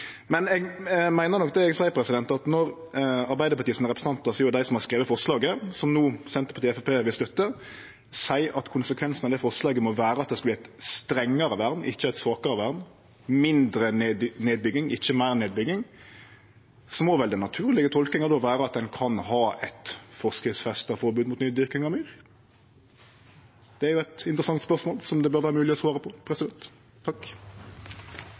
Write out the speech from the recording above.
Men eg meiner nok det eg seier, at når Arbeidarpartiets representantar, som jo er dei som har skrive forslaget som Senterpartiet og Framstegspartiet no vil støtte, seier at konsekvensen av det forslaget må vere at det skal verte eit strengare vern, ikkje eit svakare vern, mindre nedbygging, ikkje meir nedbygging, må vel den naturlege tolkinga vere at ein kan ha eit forskriftsfesta forbod mot nydyrking av myr? Det er eit interessant spørsmål som det bør vere mogleg å svare på.